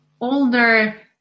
older